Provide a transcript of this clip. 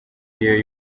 ariyo